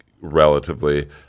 relatively